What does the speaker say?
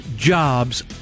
Jobs